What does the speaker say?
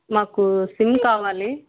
నాకు సిమ్ కావాలి